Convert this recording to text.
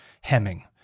hemming